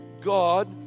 God